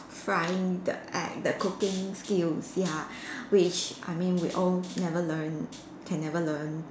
frying the uh the cooking skills ya which I mean we all never learn can never learn